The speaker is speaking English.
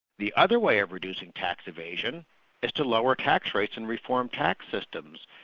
the other way of reducing tax evasion is to lower tax rates and reform tax systems,